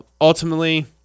ultimately